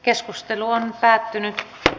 keskustelu päättyi